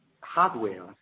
hardware